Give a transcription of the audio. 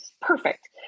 perfect